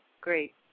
great